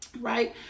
right